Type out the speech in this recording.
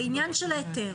בעניין של ההיתר,